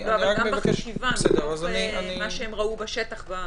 גם בחשיבה, מתוך מה שהם ראו בשטח.